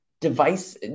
device